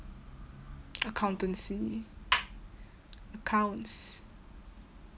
accountancy accounts